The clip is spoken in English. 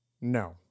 No